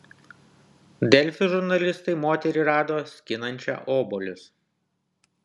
delfi žurnalistai moterį rado skinančią obuolius